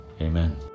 Amen